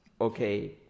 okay